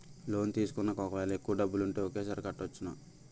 Loan తీసుకున్నాక ఒకవేళ ఎక్కువ డబ్బులు ఉంటే ఒకేసారి కట్టవచ్చున?